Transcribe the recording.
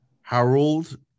Harold